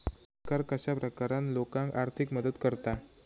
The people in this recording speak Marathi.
सरकार कश्या प्रकारान लोकांक आर्थिक मदत करता?